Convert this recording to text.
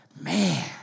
man